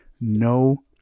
no